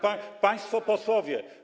Państwo Posłowie!